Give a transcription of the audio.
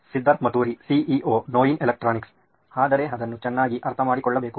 Siddharth Maturi CEO ನೋಯಿನ್ electronics ಆದರೆ ಅದನ್ನು ಚೆನ್ನಾಗಿ ಅರ್ಥಮಾಡಿಕೊಳ್ಳಬೇಕು